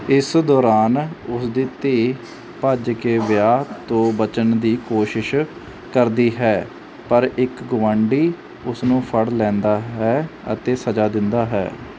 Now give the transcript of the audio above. ਇਸ ਦੌਰਾਨ ਉਸਦੀ ਧੀ ਭੱਜ ਕੇ ਵਿਆਹ ਤੋਂ ਬਚਣ ਦੀ ਕੋਸ਼ਿਸ਼ ਕਰਦੀ ਹੈ ਪਰ ਇੱਕ ਗੁਆਂਢੀ ਉਸਨੂੰ ਫੜ੍ਹ ਲੈਂਦਾ ਹੈ ਅਤੇ ਸਜ਼ਾ ਦਿੰਦਾ ਹੈ